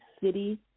city